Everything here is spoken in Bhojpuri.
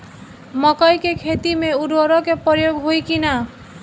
मकई के खेती में उर्वरक के प्रयोग होई की ना?